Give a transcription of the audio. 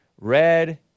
red